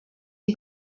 you